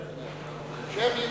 שמית.